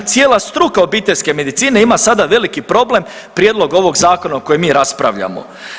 Cijela struka obiteljske medicine ima sada veliki problem prijedlog ovog zakona o kojem mi raspravljamo.